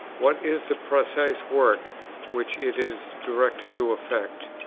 what is the precise work which it is directed to effect?